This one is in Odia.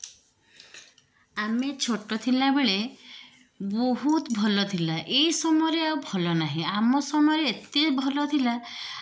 ଆମେ ଛୋଟ ଥିଲା ବେଳେ ବହୁତ ଭଲ ଥିଲା ଏହି ସମୟରେ ଆଉ ଭଲ ନାହିଁ ଆମ ସମୟରେ ଏତେ ଭଲ ଥିଲା